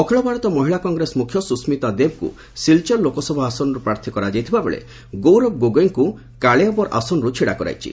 ଅଖିଳ ଭାରତ ମହିଳା କଂଗ୍ରେସ ମ୍ରଖ୍ୟ ସୁଶ୍ମିତା ଦେବଙ୍କୁ ସିଲ୍ଚର୍ ଲୋକସଭା ଆସନରୁ ପ୍ରାର୍ଥୀ କରାଯାଇଥିବାବେଳେ ଗୌରବ ଗୋଗୋଇଙ୍କୁ କାଳିଆବୋର୍ ଆସନରୁ ଛିଡ଼ା କରାଯାଇଛି